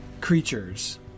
creatures